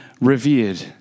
revered